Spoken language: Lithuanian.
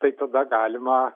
tai tada galima